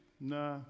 Nah